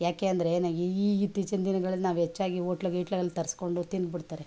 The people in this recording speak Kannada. ಯಾಕೆಂದರೆ ಏನಾಗಿ ಈ ಈ ಇತ್ತೀಚಿನ ದಿನಗಳಲ್ಲಿ ನಾವು ಹೆಚ್ಚಾಗಿ ಓಟ್ಲ್ ಗೀಟ್ಲ್ಗಳಲ್ಲಿ ತರಿಸಿಕೊಂಡು ತಿಂದ್ಬಿಡ್ತಾರೆ